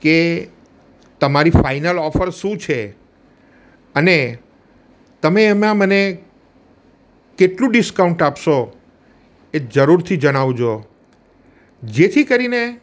કે તમારી final offer શું છે અને તમે એમાં મને કેટલું ડિસ્કાઉન્ટ આપશો એ જરૂરથી જણાવજો જેથી કરીને